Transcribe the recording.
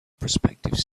prospective